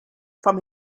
from